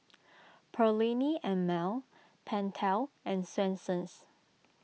Perllini and Mel Pentel and Swensens